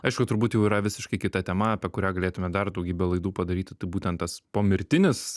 aišku turbūt jau yra visiškai kita tema apie kurią galėtume dar daugybę laidų padaryti tai būtent tas pomirtinis